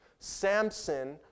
Samson